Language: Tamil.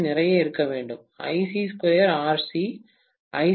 சி நிறைய இருக்க வேண்டும் ஐ